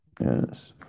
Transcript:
Yes